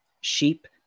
Sheep